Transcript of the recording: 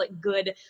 good